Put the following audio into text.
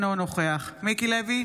אינו נוכח מיקי לוי,